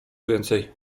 więcej